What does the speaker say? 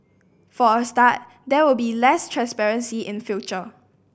for a start there will be less transparency in future